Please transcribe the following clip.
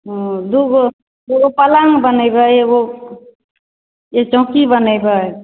हूँ दुगो दुगो पलङ्ग बनेबै एगो एक चौकी बनेबै